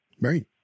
Right